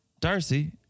Darcy